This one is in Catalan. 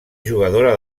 jugadora